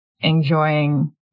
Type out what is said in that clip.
enjoying